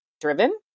driven